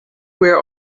were